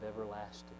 everlasting